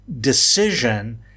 decision